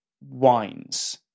wines